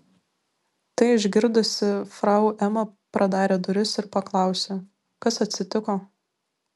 tai užgirdusi frau ema pradarė duris ir paklausė kas atsitiko